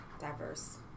diverse